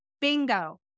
Bingo